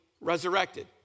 resurrected